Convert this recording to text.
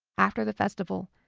after the festival,